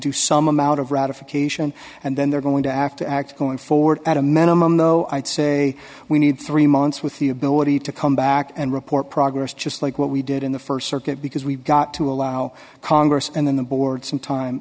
do some amount of ratification and then they're going to act to act going forward at a minimum though i'd say we need three months with the ability to come back and report progress just like what we did in the st circuit because we've got to allow congress and then the board some time